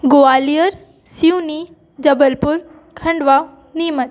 Gwalior Seoni Jabalpur Khandwa Neemuch